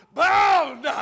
bound